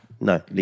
no